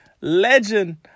legend